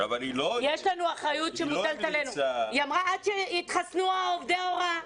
אבל היא לא המליצה --- היא אמרה: עד שיתחסנו עובדי ההוראה.